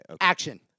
Action